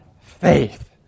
faith